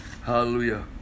Hallelujah